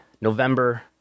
November